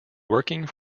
working